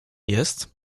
jest